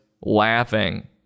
Laughing